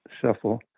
shuffle